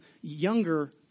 younger